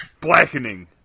Blackening